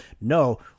no